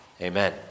Amen